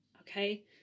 okay